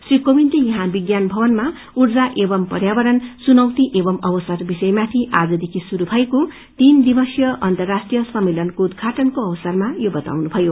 श्री कोविन्दले यहाँ विज्ञान भवनमा ऊर्जा एवं पर्यावरण चुनौती एवं अवसर विषयमाथि आजदेखि शुरू भएको तीन दिवसीय अन्तर्राष्ट्रीय सम्मेलनको उद्याटनको अवसरमा यो बताउनुभयो